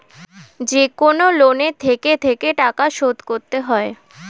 যেকনো লোনে থেকে থেকে টাকা শোধ করতে হয়